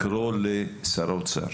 לקרוא לשר האוצר,